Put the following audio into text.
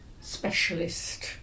specialist